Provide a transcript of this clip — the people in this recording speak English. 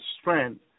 strength